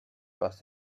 was